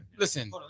Listen